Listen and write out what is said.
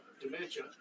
Dementia